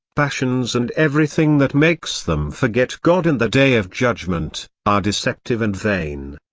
passions and everything that makes them forget god and the day of judgment are deceptive and vain.